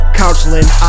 counseling